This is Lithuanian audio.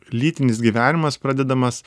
lytinis gyvenimas pradedamas